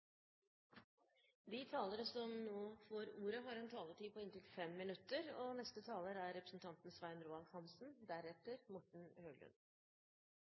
De talere som heretter får ordet, har en taletid på inntil 3 minutter. Først vil jeg takke for debatten. Det er